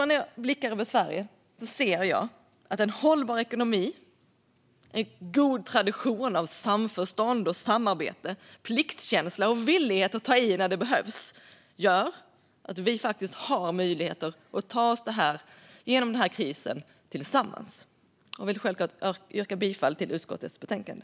När jag blickar ut över Sverige ser jag att en hållbar ekonomi handlar om en god tradition av samförstånd och samarbete, pliktkänsla och villighet att ta i när det behövs. Det gör att vi faktiskt har möjligheter att ta oss genom denna kris tillsammans. Jag yrkar självklart bifall till förslaget i utskottets betänkande.